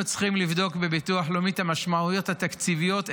אנחנו צריכים לבדוק בביטוח הלאומי את המשמעויות התקציביות,